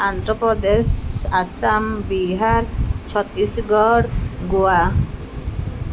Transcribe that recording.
Andhra Pradesh Assam Bihar Chhattisgarh Goa